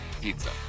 pizza